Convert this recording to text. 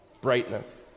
brightness